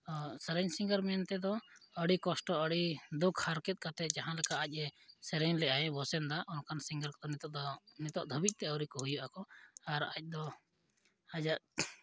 ᱥᱮᱨᱮᱧ ᱥᱤᱝᱜᱟᱨ ᱢᱮᱱ ᱛᱮᱫᱚ ᱟᱹᱰᱤ ᱠᱚᱥᱴᱚ ᱟᱹᱰᱤ ᱫᱩᱠᱷ ᱦᱟᱨᱠᱮᱛ ᱠᱟᱛᱮᱫ ᱡᱟᱦᱟᱸ ᱞᱮᱠᱟ ᱟᱡ ᱮ ᱥᱮᱨᱮᱧ ᱞᱮᱫᱟᱭ ᱵᱚᱥᱮᱱ ᱫᱟ ᱚᱱᱠᱟᱱ ᱥᱤᱝᱜᱟᱨ ᱠᱚ ᱱᱤᱛᱳᱜ ᱫᱚ ᱱᱤᱛᱳᱜ ᱫᱷᱟᱹᱵᱤᱡᱼᱛᱮ ᱟᱹᱣᱨᱤ ᱠᱚ ᱦᱩᱭᱩᱜ ᱟᱠᱚ ᱟᱨ ᱟᱡ ᱫᱚ ᱟᱭᱟᱜ